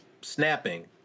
Snapping